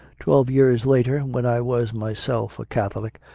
twelve years later, when i was myself a catholic,